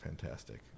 fantastic